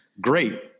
Great